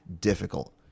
difficult